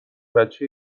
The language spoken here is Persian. بچه